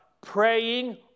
praying